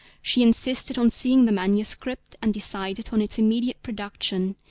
she insisted on seeing the manuscript, and decided on its immediate production,